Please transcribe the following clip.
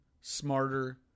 smarter